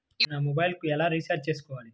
నేను నా మొబైల్కు ఎలా రీఛార్జ్ చేసుకోవాలి?